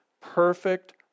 Perfect